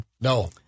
No